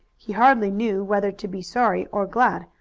he hardly knew whether to be sorry or glad,